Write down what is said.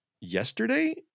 yesterday